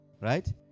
right